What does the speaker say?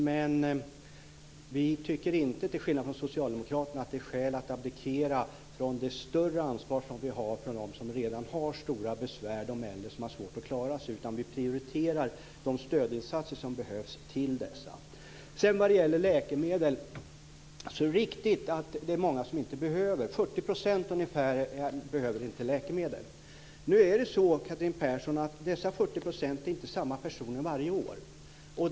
Men vi tycker inte, till skillnad från socialdemokraterna, att det är skäl att abdikera från det större ansvar som vi har för dem som redan har stora besvär, de äldre som har svårt att klara sig, utan vi prioriterar de stödinsatser som behövs till dessa. Sedan vad det gäller läkemedel är det riktigt att det är många som inte behöver läkemedel. Ungefär 40 % behöver inte läkemedel. Nu är det så, Catherine Persson, att dessa 40 % inte är samma personer varje år.